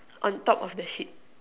on top of the sheet